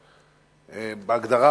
בהגדרה,